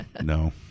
No